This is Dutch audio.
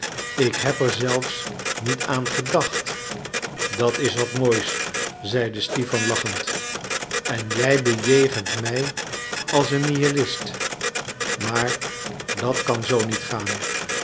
ik heb er zelfs niet aan gedacht dat is wat moois zeide stipan lachend en jij bejegent mij als een nihilist maar dat kan zoo niet gaan